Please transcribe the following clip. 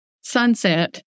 Sunset